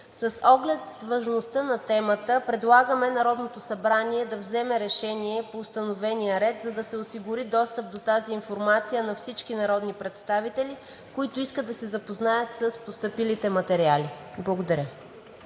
С оглед важността на темата предлагаме Народното събрание да вземе решение по установения ред, за да се осигури достъп до тази информация на всички народни представители, които искат да се запознаят с постъпилите материали. Благодаря.